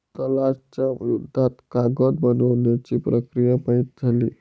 तलाश च्या युद्धात कागद बनवण्याची प्रक्रिया माहित झाली